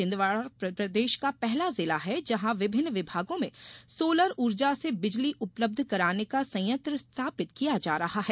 छिंदवाड़ा प्रदेश का पहला जिला है जहां विभिन्न विभागों में सोलर ऊर्जा से बिजली उपलब्ध कराने का संयंत्र स्थापित किया जा रहा है